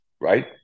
right